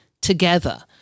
together